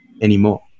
anymore